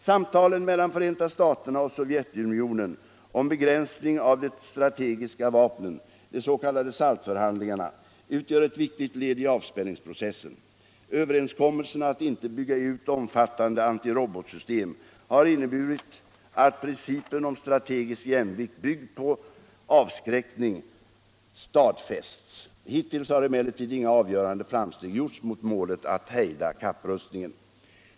Samtalen mellan Förenta staterna och Sovjetunionen om begränsning av de strategiska vapnen, de s.k. SALT-förhandlingarna, utgör ett viktigt led i avspänningsprocessen. Överenskommelserna att inte bygga ut omfattande antirobotsystem har inneburit att principen om strategisk jämvikt byggd på avskräckning stadfästs. Hittills har emellertid inga avgörande framsteg gjorts mot målet att hejda kapprustningen.